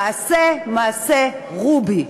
תעשה מעשה רובי.